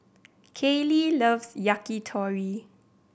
Kayli loves Yakitori